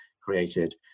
created